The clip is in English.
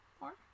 more